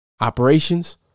operations